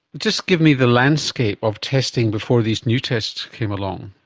just give me the landscape of testing before these new tests came along.